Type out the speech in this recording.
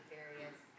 various